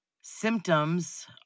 symptoms